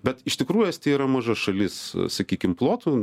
bet iš tikrųjų estija yra maža šalis sakykim plotu